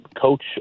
coach